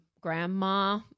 grandma